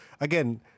again